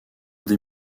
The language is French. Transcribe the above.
des